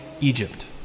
Egypt